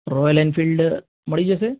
royal enfield મળી જશે